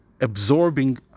absorbing